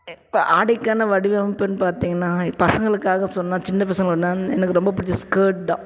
இப்போ ஆடைக்கான வடிவமைப்புனு பார்த்தீங்கன்னா என் பசங்களுக்காக சொன்னால் சின்ன பசங்கன்னா எனக்கு ரொம்ப பிடிச்சது ஸ்கேர்ட் தான்